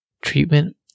Treatment